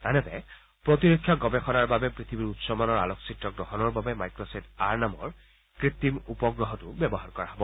আনহাতে প্ৰতিৰক্ষা গৱেষণাৰ বাবে পৃথিৱীৰ উচ্চ মানৰ আলোকচিত্ৰ গ্ৰহণৰ বাবে মাইক্ৰছেট আৰ নামৰ কৃত্ৰিম উপগ্ৰহটো ব্যৱহাৰ কৰা হ'ব